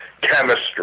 chemistry